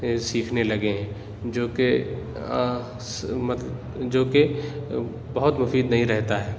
سیکھنے لگے ہیں جو کہ جو کہ بہت مفید نہیں رہتا ہے